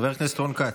חבר הכנסת רון כץ.